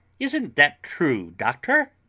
isn't that true, doctor?